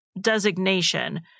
designation